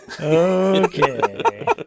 Okay